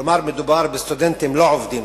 כלומר מדובר בסטודנטים לא עובדים.